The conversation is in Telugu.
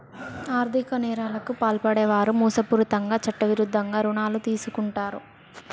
ఆర్ధిక నేరాలకు పాల్పడే వారు మోసపూరితంగా చట్టవిరుద్ధంగా రుణాలు తీసుకుంటరు